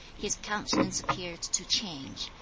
his countenance appeared to change,